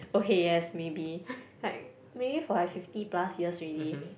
okay yes maybe like maybe for like fifty plus years already